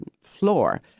floor